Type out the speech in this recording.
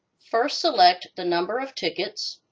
first, select the number of tickets.